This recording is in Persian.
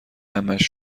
همش